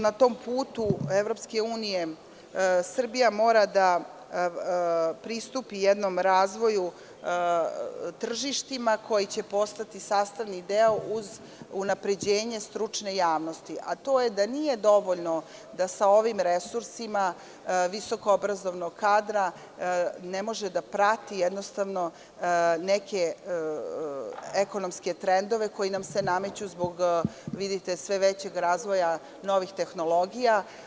Na tom putu EU Srbija mora da pristupi jednom razvoju tržišta koja će postati sastavni deo uz unapređenje stručne javnosti, a to je da nije dovoljno da sa ovim resursima visoko-obrazovnog kadra ne može da prati jednostavno neke ekonomske trendove koji nam se nameću zbog sve većeg razvoja novih tehnologija.